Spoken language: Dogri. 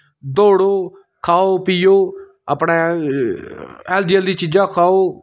दौड़ो खाओ पियो अपनै हैल्दी हैल्दी चीजां खाओ